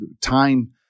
time